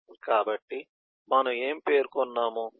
కాబట్టి మనము ఏమి పేర్కొన్నాము